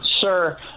Sir